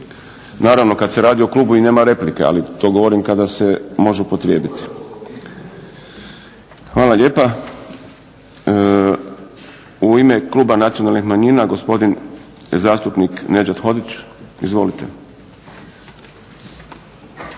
Naravno kada se radi o Klubu i nema replike ali to govorim kada se može upotrijebiti. Hvala lijepa. U ime Kluba nacionalnih manjina gospodin zastupnik Nedžad Hodžić. Izvolite.